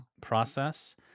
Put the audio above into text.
process